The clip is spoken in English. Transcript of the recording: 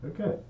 Okay